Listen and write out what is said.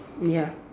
ya